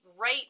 right